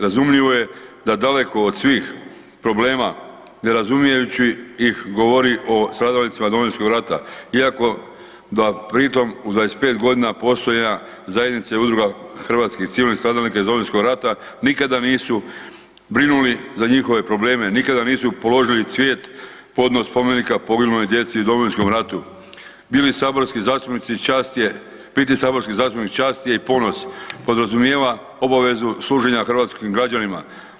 Razumljivo je da daleko od svih problema …/nerazumljivo/… govori o stradalnicima Domovinskog rata iako da pritom u 25 godina postojanja Zajednice udruga hrvatskih civilnih stradalnika iz Domovinskog rata nikada nisu brinuli za njihove probleme, nikada nisu položili cvijet podno spomenika poginule djece u Domovinskom ratu bili saborski zastupnici čast je, biti saborski zastupnik čast je i ponos, podrazumijeva obavezu služenja hrvatskim građanima.